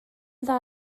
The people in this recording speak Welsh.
dda